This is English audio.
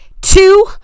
two